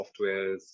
softwares